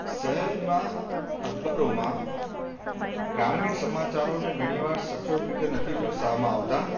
શહેરના અખબારોમાં ગ્રામીણ સમચારોને ઘણીવાર સચોટ રીતે નથી દર્શાવામાં આવતા